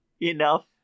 Enough